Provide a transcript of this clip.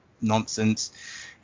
Nonsense